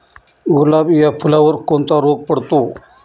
गुलाब या फुलावर कोणता रोग पडतो?